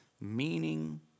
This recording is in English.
meaning